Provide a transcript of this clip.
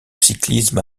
cyclisme